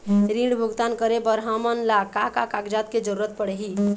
ऋण भुगतान करे बर हमन ला का का कागजात के जरूरत पड़ही?